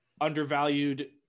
undervalued